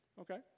Okay